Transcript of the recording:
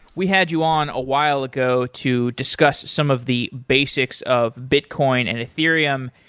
we had you on a while ago to discuss some of the basics of bitcoin and ethereum,